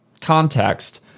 context